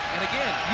again,